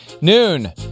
noon